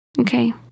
Okay